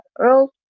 Earl